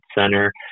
Center